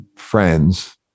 friends